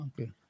Okay